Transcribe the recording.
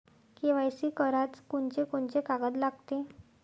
KYC कराच कोनचे कोनचे कागद लागते?